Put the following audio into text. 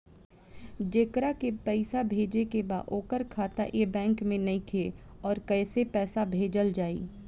जेकरा के पैसा भेजे के बा ओकर खाता ए बैंक मे नईखे और कैसे पैसा भेजल जायी?